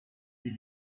est